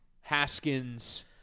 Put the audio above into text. Haskins